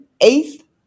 eighth